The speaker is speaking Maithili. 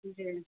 जी